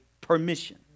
permission